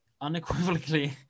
unequivocally